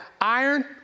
iron